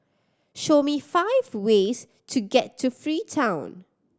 show me five ways to get to Freetown